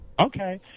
okay